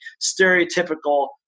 stereotypical